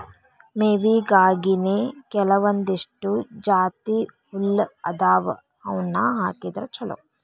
ಮೇವಿಗಾಗಿನೇ ಕೆಲವಂದಿಷ್ಟು ಜಾತಿಹುಲ್ಲ ಅದಾವ ಅವ್ನಾ ಹಾಕಿದ್ರ ಚಲೋ